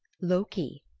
loki.